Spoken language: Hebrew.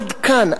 עד כאן,